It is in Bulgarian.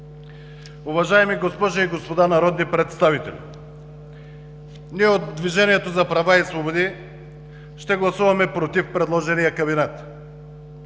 уважаеми госпожи и господа народни представители! Ние от Движението за права и свободи ще гласуваме „против“ предложения кабинет.